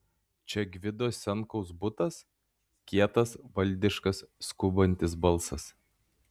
čia gvido senkaus butas kietas valdiškas skubantis balsas